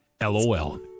LOL